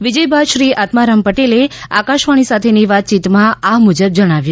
વિજય બાદ શ્રી આત્મારામ પટેલે આકાશવાણી સાથેની વાતચીતમાં આ મુજબ જણાવ્યું